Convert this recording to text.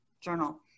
journal